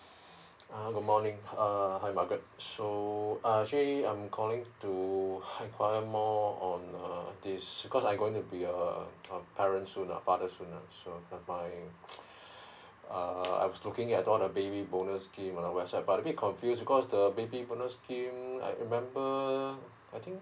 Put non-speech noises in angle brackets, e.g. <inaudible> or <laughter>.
oh good morning err hi margaret so uh actually I'm calling to inquire more on uh this because I am going to be err a parent soon ah father soon ah so that my <noise> um uh I'm looking at all the baby bonus scheme but I was about a bit confused because the baby bonus scheme I remember err I think